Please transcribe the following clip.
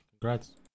Congrats